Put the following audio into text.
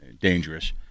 dangerous